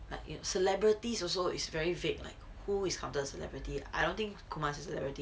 like celebrities also is very vague like who is counted celebrity I don't think kumar is celebrity